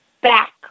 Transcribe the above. back